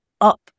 up